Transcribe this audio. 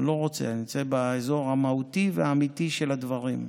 אבל אני לא רוצה להיות באזור המהותי והאמיתי של הדברים.